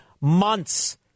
months